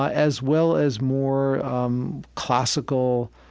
as well as more um classical,